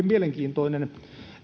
mielenkiintoinen